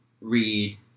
read